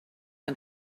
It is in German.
ein